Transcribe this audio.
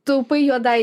taupai juodai